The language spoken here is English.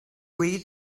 read